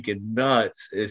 nuts